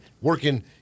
working